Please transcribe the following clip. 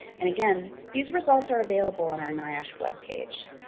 and again, these results are available on our niosh webpage.